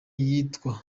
yitwa